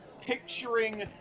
picturing